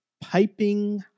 Piping